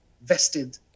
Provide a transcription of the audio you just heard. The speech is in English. vested